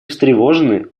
встревожены